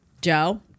Joe